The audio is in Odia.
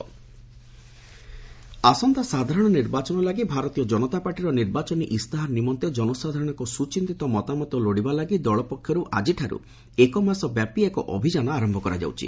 ବିଜେପି ଆସନ୍ତା ସାଧାରଣ ନିର୍ବାଚନ ଲାଗି ଭାରତୀୟ ଜନତା ପାର୍ଟିର ନିର୍ବାଚନୀ ଇସ୍ତାହାର ନିମନ୍ତେ ଜନସାଧାରଣଙ୍କ ସୁଚିନ୍ତିତ ମତାମତ ଲୋଡ଼ିବା ଲାଗି ଦଳ ପକ୍ଷରୁ ଆଜିଠାରୁ ଏକ ମାସ ବ୍ୟାପି ଏକ ଅଭିଯାନ ଆରମ୍ଭ କରାଯାଉଛି